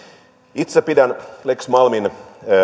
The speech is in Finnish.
itse pidän lex malmin